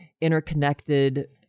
interconnected